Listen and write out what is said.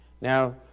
Now